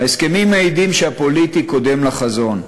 ההסכמים מעידים שהפוליטי קודם לחזון.